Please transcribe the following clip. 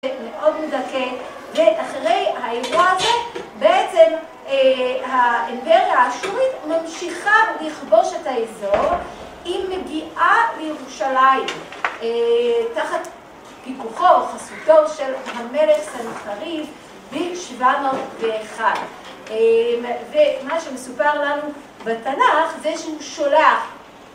מאוד מדכא, ואחרי האירוע הזה בעצם האימפריה האשורית ממשיכה לכבוש את האזור, היא מגיעה לירושלים, תחת פיקוחו או חסותו של המלך סנחריב ב-701. ומה שמסופר לנו בתנ״ך זה שהוא שולח